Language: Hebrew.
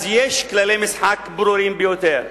אז יש כללי משחק ברורים ביותר,